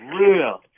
real